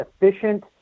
efficient